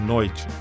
Noite